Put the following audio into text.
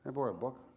i borrow a book?